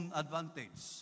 advantage